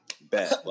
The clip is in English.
Bet